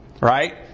Right